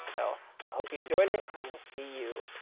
so hope you enjoyed it, and i will see you